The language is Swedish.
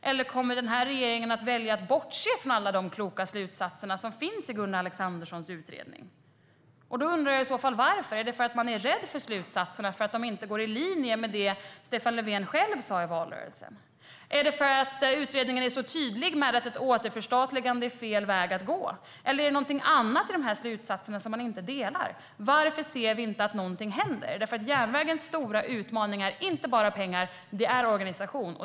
Eller kommer regeringen att välja att bortse från alla de kloka slutsatser som finns i Gunnar Alexanderssons utredning? I så fall undrar jag varför. Beror det på att man är rädd för slutsatserna eftersom de inte går i linje med det Stefan Löfven själv sa i valrörelsen? Beror det på att utredningen är så tydlig med att ett återförstatligande är fel väg att gå? Eller är det något annat i slutsatserna som man inte delar? Varför ser vi inte att någonting händer? Järnvägens stora utmaning är inte bara pengar, utan det är även organisation.